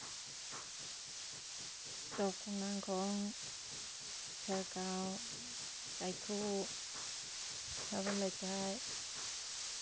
ꯇꯣꯞ ꯈꯣꯡꯅꯥꯡꯈꯣꯡ ꯈꯦꯔꯒꯥꯎ ꯀꯥꯏꯈꯨ ꯁꯥꯕꯜ ꯂꯩꯀꯥꯏ